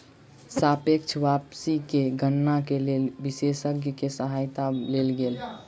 सापेक्ष वापसी के गणना के लेल विशेषज्ञ के सहायता लेल गेल